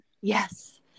Yes